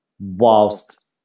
whilst